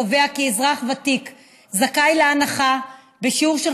קובע כי אזרח ותיק זכאי להנחה בשיעור של